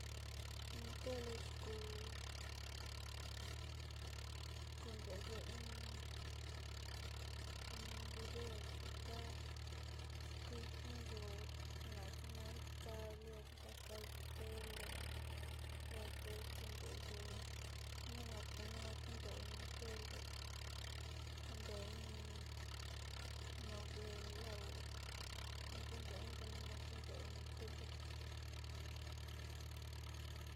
In ntaka yoo ka chi ntii ntaka ñayivi kanteva visi in ja ki kunte in noko in ja ke nu yoo kaa